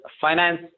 finance